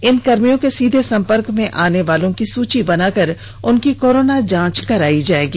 इन कर्मियों के सीधे संपर्क में आने वाले की सुची बनाकर उनकी कोरोना जांच कराई जाएगी